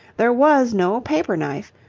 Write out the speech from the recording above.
there was no paper-knife.